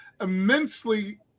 immensely